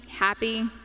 happy